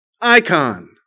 icon